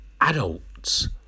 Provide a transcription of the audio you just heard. adults